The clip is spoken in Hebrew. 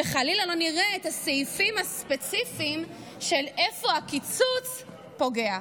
שחלילה לא נראה את הסעיפים הספציפיים של איפה הקיצוץ פוגע,